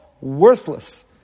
worthless